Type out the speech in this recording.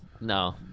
No